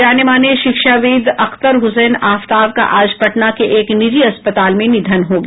जाने माने शिक्षाविद अख्तर हुसैन आफताब का आज पटना के एक निजी अस्पताल में निधन हो गया